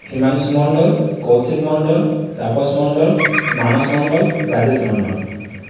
Himanshu Mondal Kaushik Mondal Tapas Mondal Manas Mondal Rajesh Mondal